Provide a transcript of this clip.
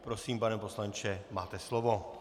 Prosím, pane poslanče, máte slovo.